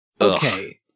Okay